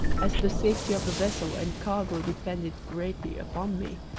as the safety of the vessel and cargo depended greatly upon me,